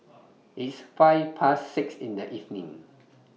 its five Past six in The evening